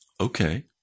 Okay